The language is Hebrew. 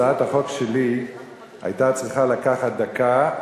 הצעת החוק שלי היתה צריכה לקחת דקה,